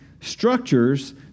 Structures